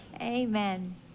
Amen